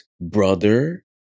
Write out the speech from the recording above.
brother